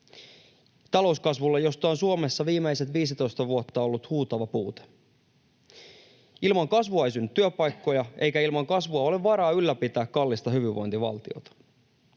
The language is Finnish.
talouskasvulle, josta on Suomessa viimeiset 15 vuotta ollut huutava puute. Ilman kasvua ei synny työpaikkoja, eikä ilman kasvua ole varaa ylläpitää kallista hyvinvointivaltiota.